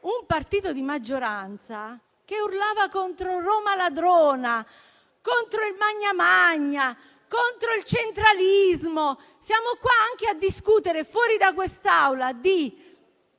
un partito di maggioranza che urlava contro «Roma ladrona», contro il «magna magna», contro il centralismo. Siamo anche a discutere fuori da quest'Aula di